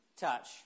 touch